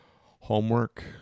homework